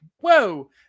whoa